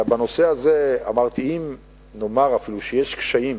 ובנושא הזה אמרתי: אם נאמר אפילו שיש קשיים